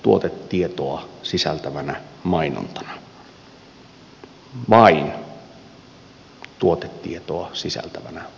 tuotetietoa sisältävänä mainontana vain tuotetietoa sisältävänä mainontana